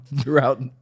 throughout